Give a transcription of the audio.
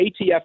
ATF